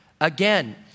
Again